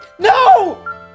No